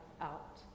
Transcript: out